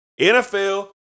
NFL